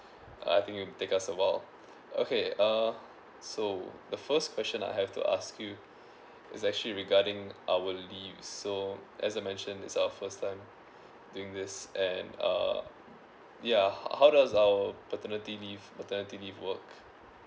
uh I think it will take us awhile okay uh so the first question I have to ask you is actually regarding our leave so as I mentioned it's our first time doing this and uh yeah how how does our paternity leave maternity leave work